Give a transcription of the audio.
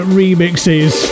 remixes